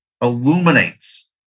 illuminates